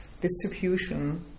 distribution